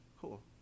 cool